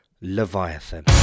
Leviathan